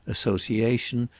association,